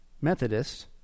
Methodist